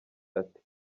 ati